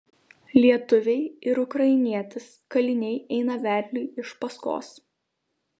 lietuviai ir ukrainietis kaliniai eina vedliui iš paskos